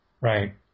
right